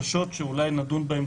לדיון.